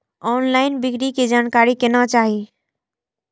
Online बिक्री के जानकारी केना चाही?